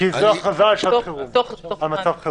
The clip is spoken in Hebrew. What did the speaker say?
נשאיר את ההכרזה כמו שהיא, כמו שהממשלה